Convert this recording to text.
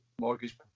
mortgage